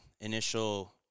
initial